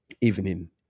evening